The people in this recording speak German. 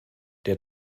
der